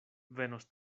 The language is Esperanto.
venos